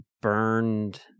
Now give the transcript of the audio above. burned